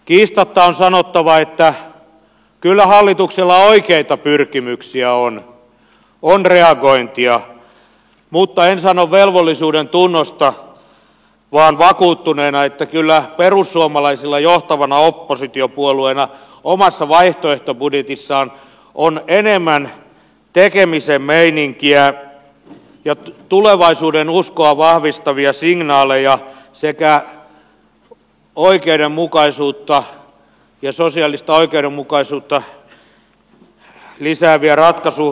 kiistatta on sanottava että kyllä hallituksella oikeita pyrkimyksiä on on reagointia mutta en sano velvollisuudentunnosta vaan vakuuttuneena että kyllä perussuomalaisilla johtavana oppositiopuolueena omassa vaihtoehtobudjetissaan on enemmän tekemisen meininkiä ja tulevaisuudenuskoa vahvistavia signaaleja sekä oikeudenmukaisuutta ja sosiaalista oikeudenmukaisuutta lisääviä ratkaisumalleja